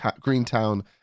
Greentown